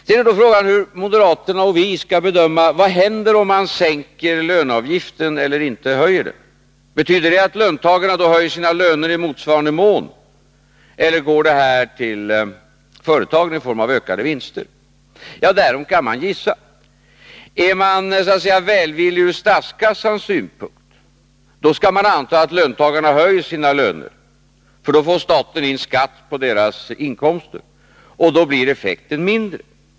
Sedan är frågan hur moderaterna och vi skall bedöma vad som händer om mån sänker löneavgiften eller inte höjer den. Betyder det att löntagarna höjer sina löner i motsvarande mån, eller går detta till företagen i form av ökade vinster? Det får man gissa. Är man så att säga välvillig ur statskassans synpunkt, skall man anta att löntagarna höjer sina löner, därför att staten då får in skatt på deras inkomster och effekten då blir mindre.